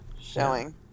Showing